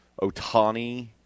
Otani